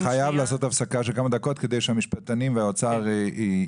אני חייב לעשות הפסקה של כמה דקות כדי שהמשפטנים והאוצר ינסחו